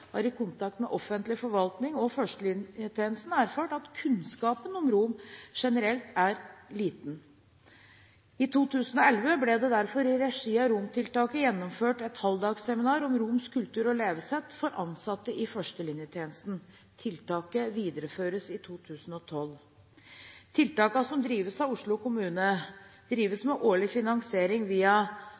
har i kontakt med offentlig forvaltning og førstelinjetjenesten erfart at kunnskapen om romer generelt er liten. I 2011 ble det derfor i regi av romtiltaket gjennomført halvdagsseminarer om romenes kultur og levesett for ansatte i førstelinjetjenesten. Tiltaket videreføres i 2012. Tiltakene som drives av Oslo kommune, drives med årlig finansiering via